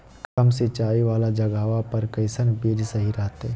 कम सिंचाई वाला जगहवा पर कैसन बीज सही रहते?